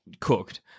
Cooked